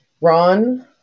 Ron